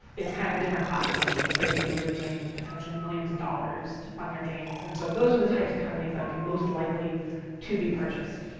it's kind of a different class of indie, because they can be raising potentially millions of dollars to fund their games. and so those are the types of companies that would be most likely to be purchased.